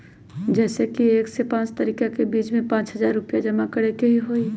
जैसे कि एक से पाँच तारीक के बीज में पाँच हजार रुपया जमा करेके ही हैई?